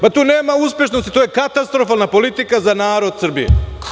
Pa tu nema uspešnosti, to je katastrofalna politika za narod Srbije.